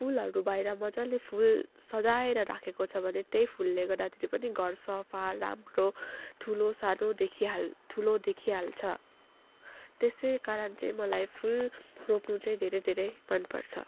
फुलहरू बाहिर मजाले फुल सजाएर राखेको छ भने त्यही फुलले गर्दाखेरि पनि घर सफा राम्रो ठुलो सानो देखी हाल ठुलो देखिहाल्छ त्यसैकारण चाहिँ मलाई फुल रोप्नु चाहिँ धेरै धेरै मनपर्छ